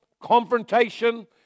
confrontation